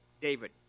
David